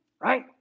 right